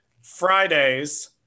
Fridays